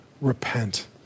repent